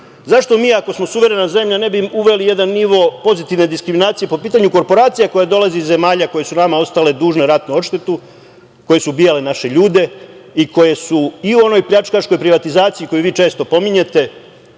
zašto mi ako smo suverena zemlja ne bi uveli jedan nivo pozitivne diskriminacije po pitanju korporacija koje dolaze iz zemalja koje su nama ostale dužne ratnu odštetu, koje su ubijale naše ljude i koje su i u onoj pljačkaškoj privatizaciji, koju vi često pominjete,